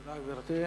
תודה, גברתי.